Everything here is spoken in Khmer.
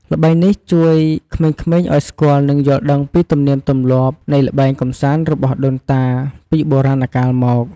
ល្បែងនេះជួយក្មេងៗឱ្យស្គាល់ និងយល់ដឹងពីទំនៀមទម្លាប់នៃល្បែងកម្សាន្តរបស់ដូនតាពីបុរាណកាលមក។